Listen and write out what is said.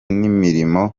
n’imirimo